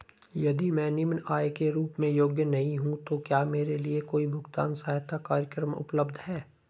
यदि मैं निम्न आय के रूप में योग्य नहीं हूँ तो क्या मेरे लिए कोई भुगतान सहायता कार्यक्रम उपलब्ध है?